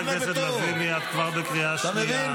חברת הכנסת לזימי, את כבר בקריאה שנייה.